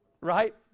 Right